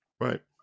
right